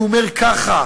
הוא אומר ככה: